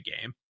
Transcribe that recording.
game